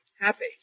Happy